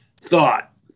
thought